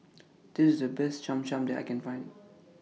This IS The Best Cham Cham that I Can Find